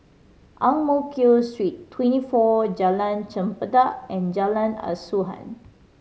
Ang Mo Kio Street Twenty Four Jalan Chempedak and Jalan Asuhan